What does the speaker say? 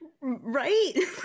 Right